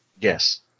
Yes